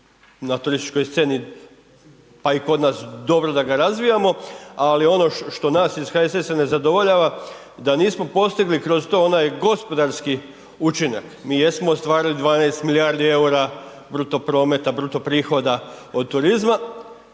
na turističkoj sceni, a i kod nas dobro da ga razvijamo, ali ono što nas iz HSS-a nezadovoljava da nismo postigli kroz to onaj gospodarski učinak, mi jesmo ostvarili 12 milijardi EUR-a bruto prometa, bruto prihoda od turizma,